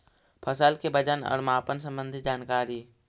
फसल के वजन और मापन संबंधी जनकारी?